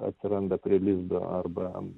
atsiranda prie lizdo arba